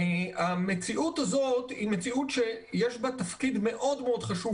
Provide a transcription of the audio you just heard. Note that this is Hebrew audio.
המציאות הזאת היא מציאות שיש בה תפקיד חשוב